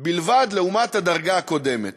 בלבד לעומת הדרגה הקודמת.